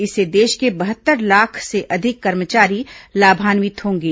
इससे देश के बहत्तर लाख से अधिक कर्मचारी लाभान्वित होंगे